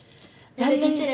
and then